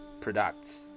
Products